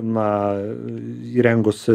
na įrengus